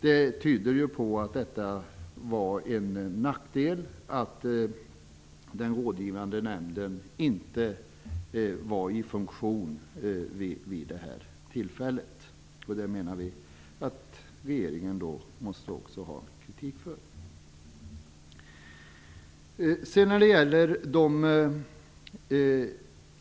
Det tyder på att det var en nackdel att den rådgivande nämnden inte var i funktion vid tillfället. Vi menar att regeringen måste få kritik för detta.